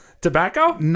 Tobacco